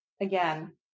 Again